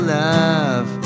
love